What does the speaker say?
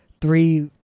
three